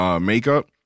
makeup